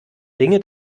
ringe